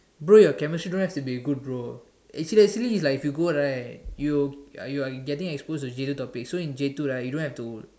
bro your chemistry don't have to be good bro actually actually like if you go right you you are like getting exposed to different topics so in like J two you don't have to